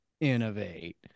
Innovate